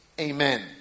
Amen